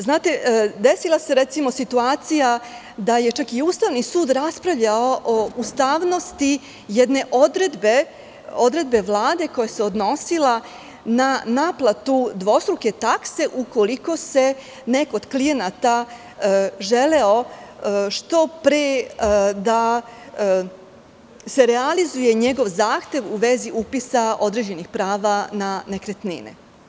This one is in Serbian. Znate, desila se, recimo, situacija da je čak i Ustavni sud raspravljao o ustavnosti jedne odredbe Vlade koja se odnosila na naplatu dvostruke takse ukoliko je neko od klijenata želeo što pre da se realizuje njegov zahtev u vezi upisa određenih prava na nekretnine.